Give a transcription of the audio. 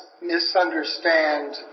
misunderstand